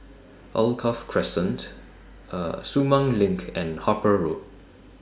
Alkaff Crescent Sumang LINK and Harper Road